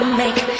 make